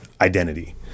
identity